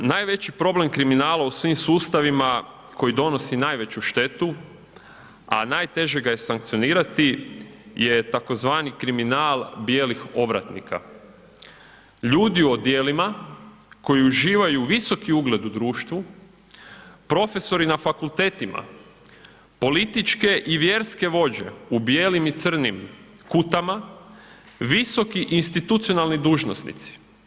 Najveći problem kriminala u svim sustavima koji donosi najveću štetu, a najteže ga je sankcionirati, je tako zvani kriminal bijelih ovratnika, ljudi u odijelima koji uživaju visoki ugled u društvu, profesori na fakultetima, političke i vjerske vođe u bijelim i crnim kutama, visoki institucionalni dužnosnici.